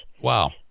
Wow